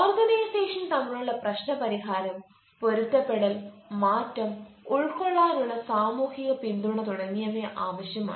organisation തമ്മിലുള്ള പ്രശ്ന പരിഹാരം പൊരുത്തപ്പെടൽ മാറ്റം ഉൾക്കൊള്ളാനുള്ള സാമൂഹിക പിന്തുണ തുടങ്ങിയവ ആവശ്യമാണ്